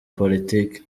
politiki